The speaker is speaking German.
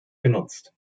genutzt